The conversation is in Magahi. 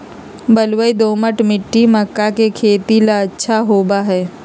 बलुई, दोमट मिट्टी मक्का के खेती ला अच्छा होबा हई